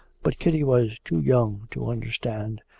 but kitty was too young to understand,